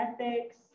ethics